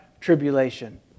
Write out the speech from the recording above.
tribulation